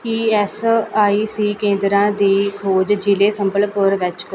E S I C ਕੇਂਦਰਾਂ ਦੀ ਖੋਜ ਜ਼ਿਲ੍ਹੇ ਸੰਬਲਪੁਰ ਵਿੱਚ ਕਰੋ